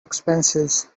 expenses